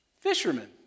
Fishermen